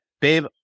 Babe